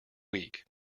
week